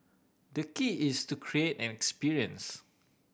the key is to create an experience